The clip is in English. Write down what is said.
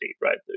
right